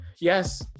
Yes